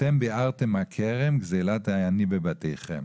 וְאַתֶּם בִּעַרְתֶּם הַכֶּרֶם גְּזֵלַת הֶעָנִי בְּבָתֵּיכֶם.